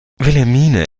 wilhelmine